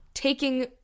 Taking